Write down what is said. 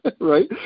Right